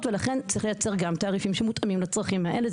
ולכן צריך לייצר גם תעריפים שמותאמים לצרכים האלה.